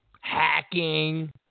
Hacking